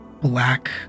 black